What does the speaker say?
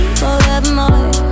forevermore